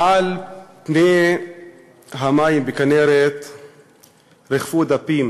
מעל פני המים בכינרת ריחפו דפים